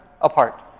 apart